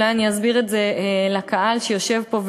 אולי אני אסביר את זה לקהל שיושב פה,